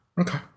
Okay